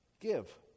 Give